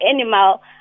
animal